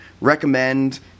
recommend